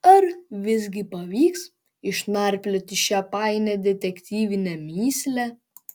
ar visgi pavyks išnarplioti šią painią detektyvinę mįslę